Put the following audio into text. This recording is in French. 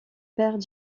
père